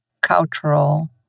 cultural